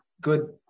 good